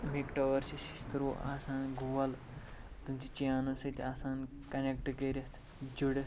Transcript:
تَمِکۍ ٹٲر چھِ شِشتٕرُو آسان گوٗل تِم تہِ چینُو سۭتۍ آسان کَنیٚکٹہٕ کٔرِتھ جُڑِتھ